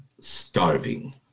starving